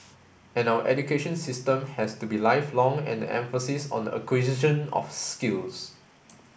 and our education system has to be lifelong and emphasis on the acquisition of skills